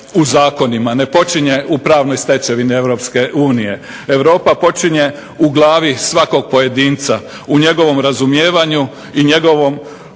u zakonima, ne počinje u pravnoj stečevini Europske unije. Europa počinje u glavi svakog pojedinca, u njegovom razumijevanju i njegovom